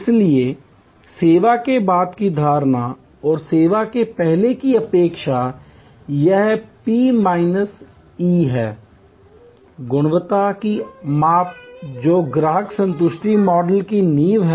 इसलिए सेवा के बाद की धारणा और सेवा के पहले की अपेक्षा यह पी माइनस ई है गुणवत्ता की माप जो ग्राहक संतुष्टि मॉडल की नींव है